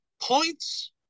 points